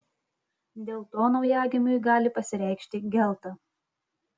dėl to naujagimiui gali pasireikšti gelta